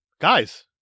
Guys